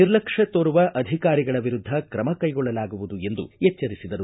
ನಿರ್ಲಕ್ಷ್ಯ ತೋರುವ ಅಧಿಕಾರಿಗಳ ವಿರುದ್ಧ ತ್ರಮ ಕೈಗೊಳ್ಳಲಾಗುವುದು ಎಂದು ಎಚ್ಚರಿಕೆ ನೀಡಿದರು